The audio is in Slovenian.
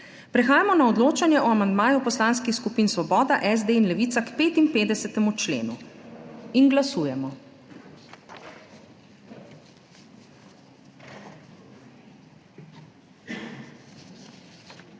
Prehajamo na odločanje o amandmaju Poslanskih skupin Svoboda, SD in Levica k 68. členu. Glasujemo.